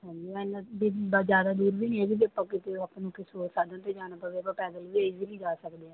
ਵੀ ਜਿੱਦਾਂ ਜ਼ਿਆਦਾ ਦੂਰ ਵੀ ਨਹੀਂ ਹੈਗਾ ਜੇ ਆਪਾਂ ਕਿਸੇ ਆਪਣੇ ਕਿਸੇ ਹੋਰ ਸਾਧਨ 'ਤੇ ਜਾਣਾ ਪਵੇ ਤਾਂ ਆਪਾਂ ਪੈਦਲ ਵੀ ਈਜੀਲੀ ਜਾ ਸਕਦੇ ਹਾਂ